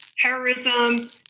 terrorism